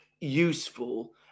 useful